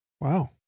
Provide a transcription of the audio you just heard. Wow